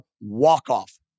walk-off